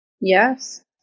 yes